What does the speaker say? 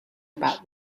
about